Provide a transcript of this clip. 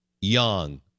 young